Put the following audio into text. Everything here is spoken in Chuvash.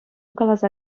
каласа